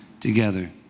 together